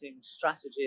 strategy